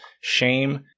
shame